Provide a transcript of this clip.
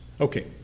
Okay